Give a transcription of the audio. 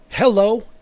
Hello